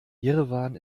jerewan